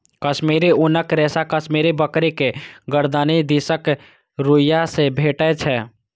कश्मीरी ऊनक रेशा कश्मीरी बकरी के गरदनि दिसक रुइयां से भेटै छै